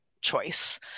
choice